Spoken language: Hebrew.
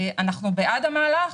אנחנו בעד המהלך,